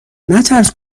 نترس